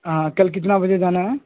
ہاں کل کتنا بجے جانا ہے